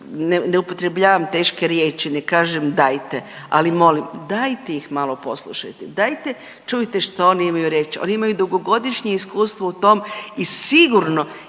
ne upotrebljavam teške riječi, ne kažem dajte, ali molim dajte ih malo poslušajte, dajte čujte što oni imaju reći. Oni imaju dugogodišnje iskustvo u tome i sigurno